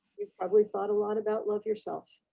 you've probably thought a lot about love yourself.